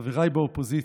חבריי באופוזיציה,